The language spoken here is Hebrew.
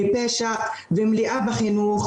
מפשע ושתהיה מלאה בחינוך,